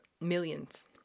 millions